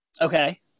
Okay